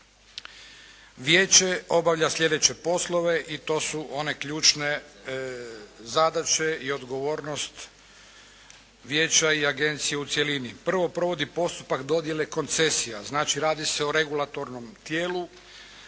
Vijeća obavlja sljedeće poslove i to su one ključne zadaće i odgovornost vijeća i agencije u cjelini. Prvo, provodi postupak dodijele koncesija. Znači radi se o regulatornom tijelu,